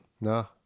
No